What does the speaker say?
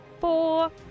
Four